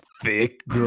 thick